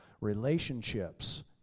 relationships